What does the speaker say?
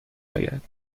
آید